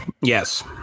Yes